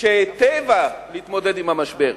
שהיטיבה להתמודד עם המשבר.